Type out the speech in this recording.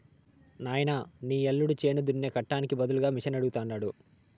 నాయనా నీ యల్లుడు చేను దున్నే కట్టానికి బదులుగా మిషనడగతండాడు